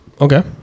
Okay